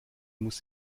muss